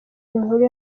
inkuru